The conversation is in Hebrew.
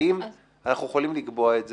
האם אנחנו יכולים לקבוע את זה,